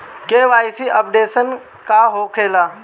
KYC updation का होखेला?